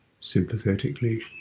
sympathetically